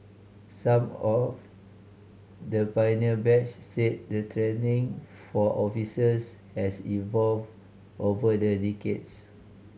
some of the pioneer batch said the training for officers has evolved over the decades